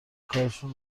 کارشون